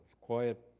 quiet